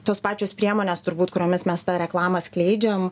tos pačios priemonės turbūt kuriomis mes tą reklamą skleidžiam